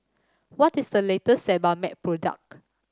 what is the latest Sebamed product